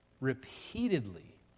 repeatedly